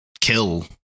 kill